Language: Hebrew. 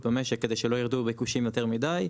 במשק כדי שלא ירדו הביקושים יותר מדי,